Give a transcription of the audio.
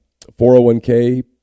401k